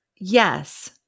Yes